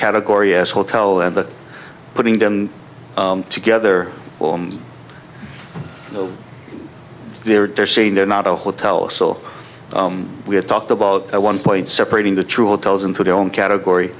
category as hotel and that putting them together you know they're they're saying they're not a hotel so we had talked about at one point separating the truth tellers into their own category